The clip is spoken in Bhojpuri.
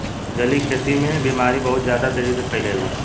जलीय खेती में बीमारी बहुत ज्यादा तेजी से फइलेला